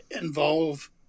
involve